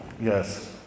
yes